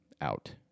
out